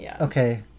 okay